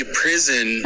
prison